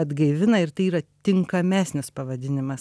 atgaivina ir tai yra tinkamesnis pavadinimas